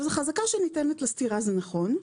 זו חזקה שניתנת לסתירה, זה נכון.